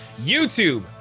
YouTube